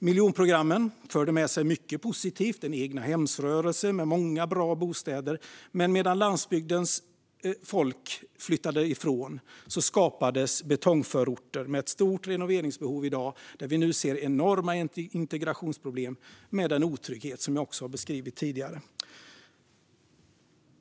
Miljonprogrammen förde med sig mycket positivt - en egnahemsrörelse med många bra bostäder. Men medan landsbygdens folk flyttade skapades betongförorter, som i dag har ett stort renoveringsbehov och där vi nu ser enorma integrationsproblem med den otrygghet jag har beskrivit tidigare.